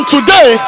Today